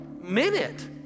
minute